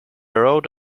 road